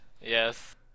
Yes